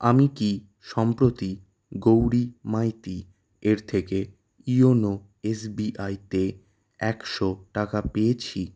আমি কি সম্প্রতি গৌরী মাইতি এর থেকে ইওনো এসবিআইতে একশো টাকা পেয়েছি